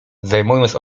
zajmując